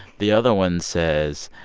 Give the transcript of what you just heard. the other one says,